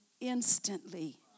instantly